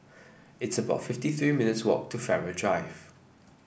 it's about fifty three minutes' walk to Farrer Drive